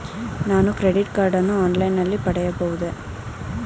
ನಾನು credit card ಅನ್ನು online ನಲ್ಲಿ ಪಡೆಯಬಹುದೇ?